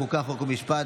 תשעה מתנגדים,